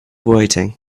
waiting